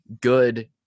good